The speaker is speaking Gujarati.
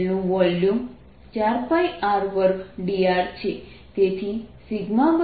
શેલનું વોલ્યુમ 4πr2dr છે તેથી σ4πr2dr